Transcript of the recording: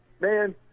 Man